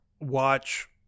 watch